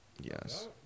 yes